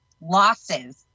losses